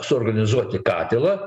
suorganizuoti katilą